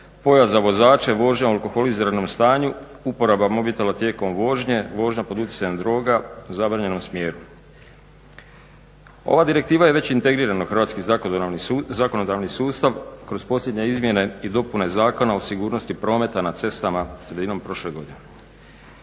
pojas za vozače, vožnja u alkoholiziranom stanju, uporaba mobitela tijekom vožnje, vožnja pod utjecajem droga, u zabranjenom smjeru. Ova direktiva je već integrirana u hrvatski zakonodavni sustav kroz posljednje izmjene i dopune Zakona o sigurnosti prometa na cestama sredinom prošle godine.